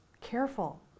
careful